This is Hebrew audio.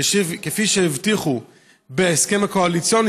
כפי שהבטיחו בהסכם הקואליציוני,